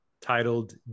titled